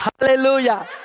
Hallelujah